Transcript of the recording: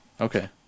Okay